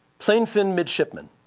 plainfin midshipman,